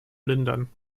lindern